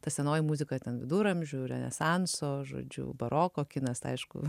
ta senoji muzika ten viduramžių renesanso žodžiu baroko kinas tai aišku